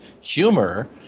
humor